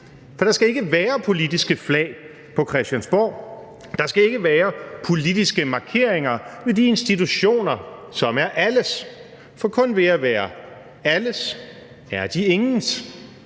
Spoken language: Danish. Så der skal ikke være politiske flag på Christiansborg; der skal ikke være politiske markeringer ved de institutioner, som er alles, for kun ved at være alles er de ingens.